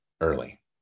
early